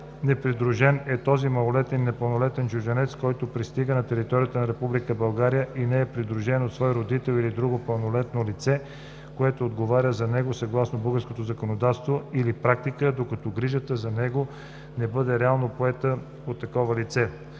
„Непридружен“ е този малолетен и непълнолетен чужденец, който пристига на територията на Република България и не е придружен от свой родител или друго пълнолетно лице, което отговаря за него съгласно българското законодателство или практика, докато грижата за него не бъде реално поета от такова лице.“